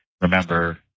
remember